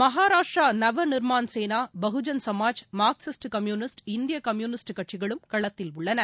Maharashtra Navnirman Sena Bahujan Samaj Marxist Communist இந்தியகம்யூனிஸ்ட் கட்சிகளும் களத்தில் உள்ளன